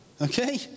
okay